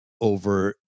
over